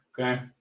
Okay